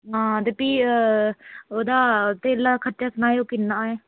हां ते भी ओह्दा तेल्ले दा खर्चा सनाएओ किन्ना ऐ